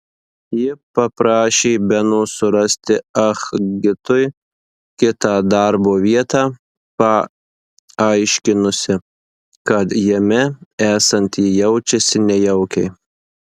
ji paprašė beno surasti ah gitui kitą darbo vietą paaiškinusi kad jam esant ji jaučiasi nejaukiai